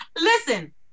listen